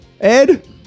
ed